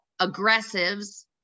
aggressives